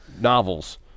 novels